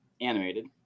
animated